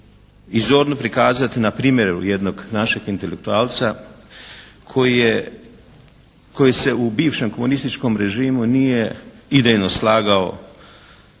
i zorno prikazati na primjeru jednog našeg intelektualca koji se u bivšem komunističkom režimu nije idejno slagao